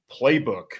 playbook